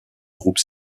groupe